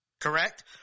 Correct